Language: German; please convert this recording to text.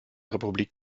republik